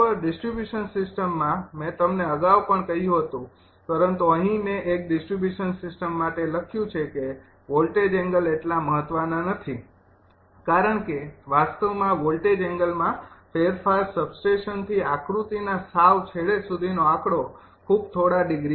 distribution સિસ્ટમમાં મેં તમને અગાઉ પણ કહ્યું હતું પરંતુ અહીં મેં એક ડિસ્ટ્રિબ્યૂશન સિસ્ટમ માટે લખ્યું છે કે વોલ્ટેજ એંગલ એટલા મહત્વના નથી કારણ કે વાસ્તવમાં વોલ્ટેજ એંગલમાં ફેરફાર સબસ્ટેશનથી આકૃતિના સાવ છેડે સુધીનો આંકડો ખૂબ થોડા ડિગ્રી છે